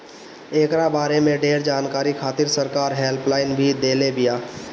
एकरा बारे में ढेर जानकारी खातिर सरकार हेल्पलाइन भी देले बिया